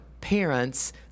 parents